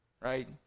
right